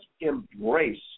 embrace